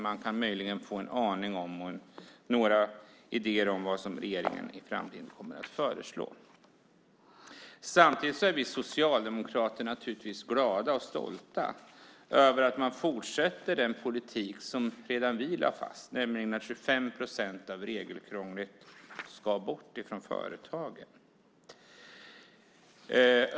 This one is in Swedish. Man kan möjligen få en aning eller idéer om vad regeringen kommer att föreslå i framtiden. Samtidigt är vi socialdemokrater naturligtvis glada och stolta över att regeringen fortsätter den politik som vi lade fast, nämligen att 25 procent av regelkrånglet ska bort från företagen.